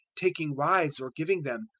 taking wives or giving them,